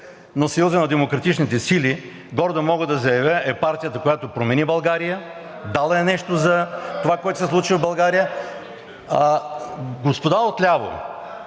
но „Съюзът на демократичните сили“ – гордо мога да заявя, е партията, която промени България, дала е нещо за това, което се случи в България. (Шум и